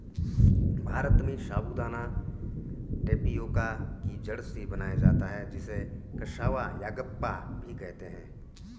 भारत में साबूदाना टेपियोका की जड़ से बनाया जाता है जिसे कसावा यागप्पा भी कहते हैं